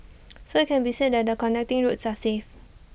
so IT can be said that the connecting routes are safe